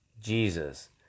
Jesus